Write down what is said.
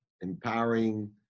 Empowering